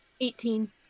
Eighteen